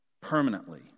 permanently